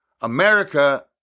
America